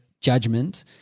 judgment